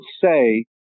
say